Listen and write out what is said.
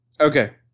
Okay